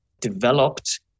developed